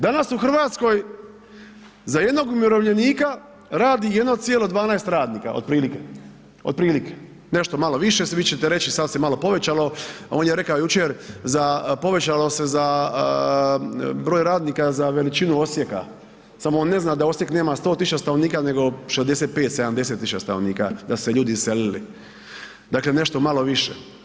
Danas u RH za jednog umirovljenika radi 1,12 radnika otprilike, otprilike, nešto malo više, vi ćete reći sad se malo povećalo, a on je reka jučer za, povećalo se za broj radnika za veličinu Osijeka, samo on ne zna da Osijek nema 100 000 stanovnika, nego 65-70 000 stanovnika, da su se ljudi iselili, dakle nešto malo više.